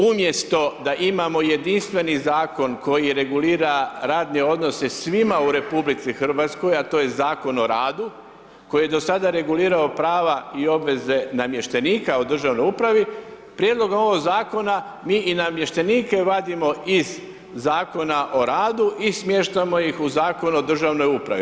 Umjesto da imamo jedinstveni Zakon koji regulira radne odnose svima u RH, a to je Zakon u radu, koji je do sada regulirao prava i obveze namještenika u državnoj upravi, prijedloga ovoga Zakona mi i namještenike vadimo iz Zakona o radu i smještamo ih u Zakon o državnoj upravi.